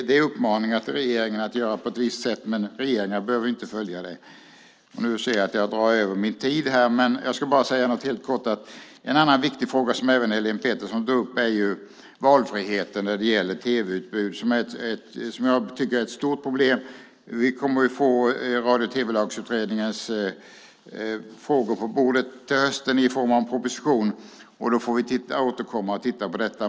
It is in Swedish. Det är uppmaningar till regeringen att göra på ett visst sätt, men regeringen behöver ju inte följa det. Nu ser jag att jag drar över min talartid, men jag ska bara säga något helt kort. En annan viktig fråga som även Helene Petersson tog upp är valfriheten när det gäller tv-utbud, vilket jag tycker är ett stort problem. Vi kommer ju att få Radio och tv-lagsutredningens frågor på bordet till hösten i form av en proposition, och då får vi återkomma och titta på detta.